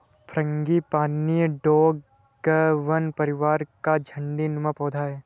frangipani डोंगवन परिवार का झाड़ी नुमा पौधा है